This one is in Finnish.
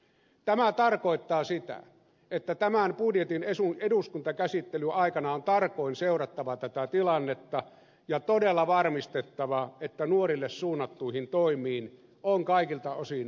tämä tarkoittaa sitä että tämän budjetin eduskuntakäsittelyn aikana on tarkoin seurattava tätä tilannetta ja todella varmistettava että nuorille suunnattuihin toimiin on kaikilta osin olemassa riittävä rahoitus